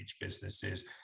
businesses